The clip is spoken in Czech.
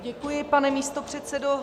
Děkuji, pane místopředsedo.